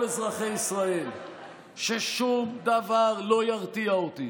אזרחי ישראל ששום דבר לא ירתיע אותי